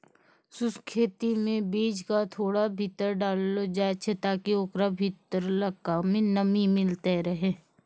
शुष्क खेती मे बीज क थोड़ा भीतर डाललो जाय छै ताकि ओकरा भीतरलका नमी मिलतै रहे